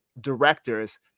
directors